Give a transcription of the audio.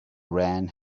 ran